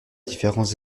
différence